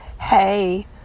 hey